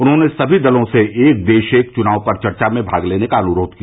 उन्होंने सभी दलों से एक देश एक चुनाव पर चर्चा में भाग लेने का अनुरोध किया